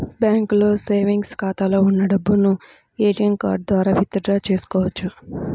బ్యాంకులో సేవెంగ్స్ ఖాతాలో ఉన్న డబ్బును ఏటీఎం కార్డు ద్వారా విత్ డ్రా చేసుకోవచ్చు